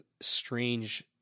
strange